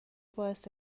باعث